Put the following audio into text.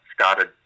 started